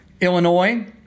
Illinois